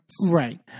Right